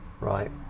Right